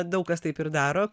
daug kas taip ir daro